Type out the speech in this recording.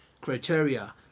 criteria